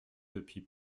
depuis